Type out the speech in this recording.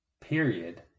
period